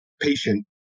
patient